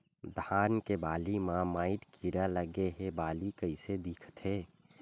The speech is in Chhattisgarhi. धान के बालि म माईट कीड़ा लगे से बालि कइसे दिखथे?